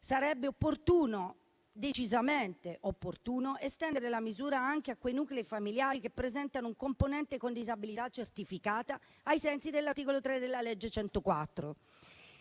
Sarebbe opportuno, decisamente opportuno, estendere la misura anche a quei nuclei familiari che presentano un componente con disabilità certificata ai sensi dell'articolo 3, della legge n.